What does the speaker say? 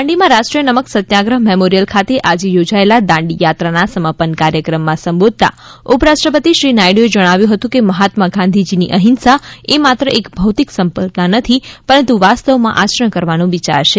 દાંડીમાં રાષ્ટ્રીય નમક સત્યાગ્રહ મેમોરિયલ ખાતે આજે યોજાયેલા દાંડી યાત્રા સમાપન કાર્યક્રમમાં સંબોધતા ઉપરાષ્ટ્રપતિ શ્રી નાયડુએ જણાવ્યું હતું કે મહાત્મા ગાંધીજીની અહિંસા એ માત્ર એક ભૌતિક સંકલ્પના નથી પરંતુ વાસ્તવમાં આચરણ કરવાનો વિચાર છે